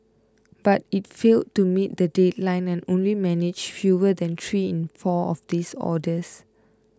but it failed to meet the deadline and only managed fewer than three in four of these orders